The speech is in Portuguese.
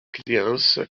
criança